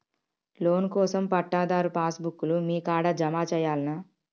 Loan కోసం పట్టాదారు pass book లు మీ కాడా జమ చేయల్నా?